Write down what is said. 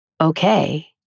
okay